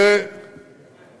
זו